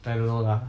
I don't know lah